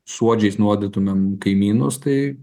suodžiais nuodytumėm kaimynus tai